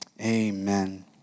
Amen